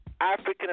African